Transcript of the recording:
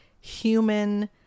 human